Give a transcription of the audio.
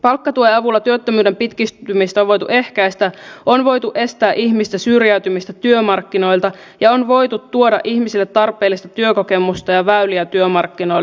palkkatuen avulla työttömyyden pitkittymistä on voitu ehkäistä on voitu estää ihmistä syrjäytymästä työmarkkinoilta ja on voitu tuoda ihmisille tarpeellista työkokemusta ja väyliä työmarkkinoille